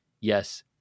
Yes